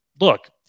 look